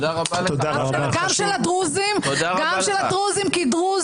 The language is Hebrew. גם של הדרוזים כדרוזים,